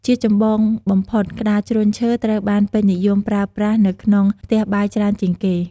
ជាចម្បងបំផុត ក្ដារជ្រញ់ឈើត្រូវបានពេញនិយមប្រើប្រាស់នៅក្នុងផ្ទះបាយច្រើនជាងគេ។